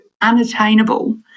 unattainable